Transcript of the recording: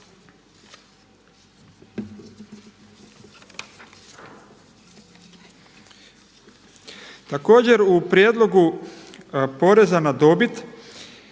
Također u prijedlogu poreza na dobit